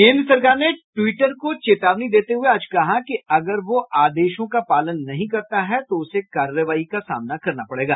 केन्द्र सरकार ने ट्वीटर को चेतावनी देते हुए आज कहा कि अगर वह आदेशों का पालन नहीं करता है तो उसे कार्रवाई का सामना करना पड़ेगा